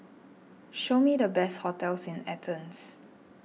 show me the best hotels in Athens